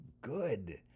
good